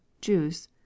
Jews